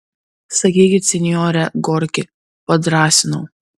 sakykit sinjore gorki padrąsinau